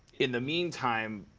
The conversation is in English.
in the meantime,